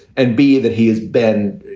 and b, that he has been,